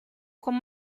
con